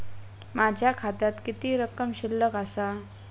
माझ्या खात्यात किती रक्कम शिल्लक आसा?